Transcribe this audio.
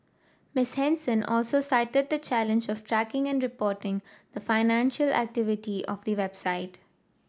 Miss Henson also cited the challenge of tracking and reporting the financial activity of the website